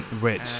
Rich